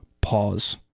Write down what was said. pause